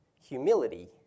humility